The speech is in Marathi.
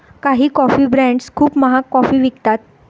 काही कॉफी ब्रँड्स खूप महाग कॉफी विकतात